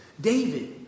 David